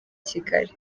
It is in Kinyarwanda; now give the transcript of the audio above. kigali